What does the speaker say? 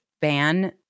ban